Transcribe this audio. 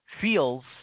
feels